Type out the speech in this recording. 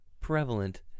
prevalent